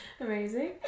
Amazing